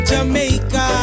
Jamaica